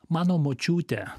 mano močiutė